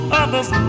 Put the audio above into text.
other's